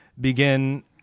begin